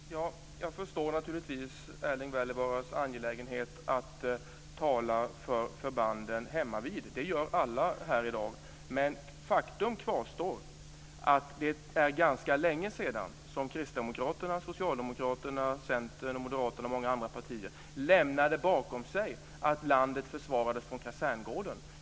Fru talman! Jag förstår naturligtvis Erling Wälivaaras angelägenhet att tala för förbanden hemmavid. Det gör alla här i dag, men faktum kvarstår att det är ganska länge sedan som Kristdemokraterna, Socialdemokraterna, Centern och Moderaterna och andra lämnade bakom sig att landet försvarades från kaserngården.